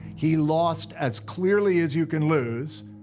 he lost as clearly as you can lose,